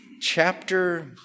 chapter